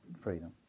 freedom